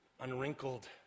unwrinkled